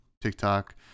tiktok